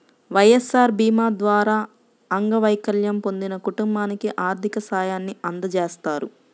వైఎస్ఆర్ భీమా ద్వారా అంగవైకల్యం పొందిన కుటుంబానికి ఆర్థిక సాయాన్ని అందజేస్తారు